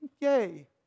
yay